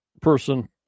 person